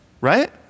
right